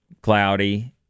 cloudy